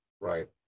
right